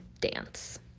dance